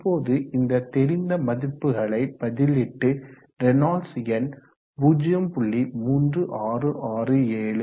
இப்போது இந்த தெரிந்த மதிப்புகளை பதிலிட்டு ரேனால்ட்ஸ் எண் 0